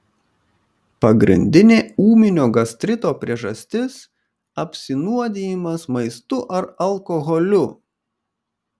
pagrindinė ūminio gastrito priežastis apsinuodijimas maistu ar alkoholiu